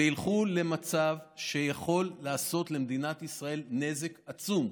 ילכו למצב שיכול לעשות למדינת ישראל נזק עצום.